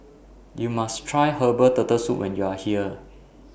YOU must Try Herbal Turtle Soup when YOU Are here